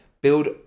build